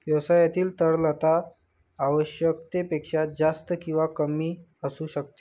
व्यवसायातील तरलता आवश्यकतेपेक्षा जास्त किंवा कमी असू नये